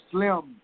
Slim